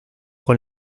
con